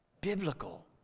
biblical